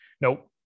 Nope